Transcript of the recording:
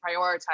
prioritize